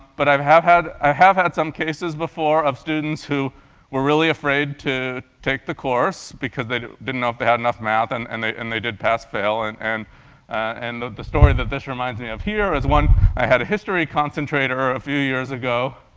but i've have had ah have had some cases before of students who were really afraid to take the course because they didn't know if they had enough math and and they and they did pass fail, and and and the the story that this reminds me of here is one i had a history concentrator a few years ago.